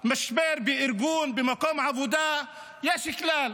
משבר בארגון, במקום עבודה, יש כלל.